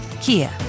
Kia